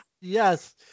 Yes